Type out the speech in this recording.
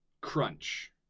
crunch